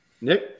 Nick